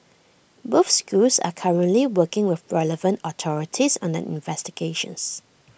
both schools are currently working with relevant authorities on their investigations